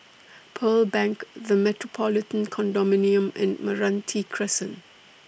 Pearl Bank The Metropolitan Condominium and Meranti Crescent